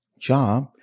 job